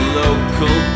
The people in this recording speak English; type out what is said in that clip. local